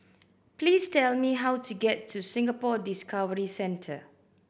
please tell me how to get to Singapore Discovery Centre